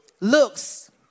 looks